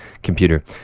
computer